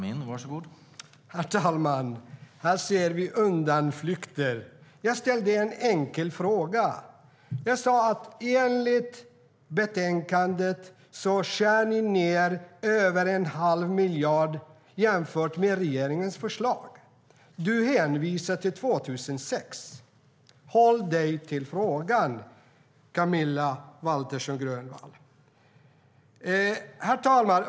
Herr talman! Här hör vi undanflykter. Herr talman!